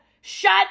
Shut